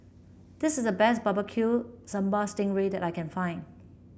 this is the best Barbecue Sambal Sting Ray that I can find